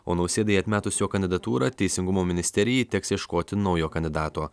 o nausėdai atmetus jo kandidatūrą teisingumo ministerijai teks ieškoti naujo kandidato